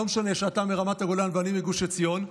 לא משנה שאתה מרמת הגולן ואני מגוש עציון,